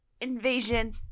invasion